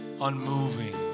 unmoving